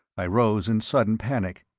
i rose in sudden panic,